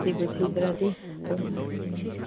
ꯁꯤꯕꯨ ꯁꯤꯗ꯭ꯔꯗꯤ ꯑꯗꯨꯝ ꯎꯝ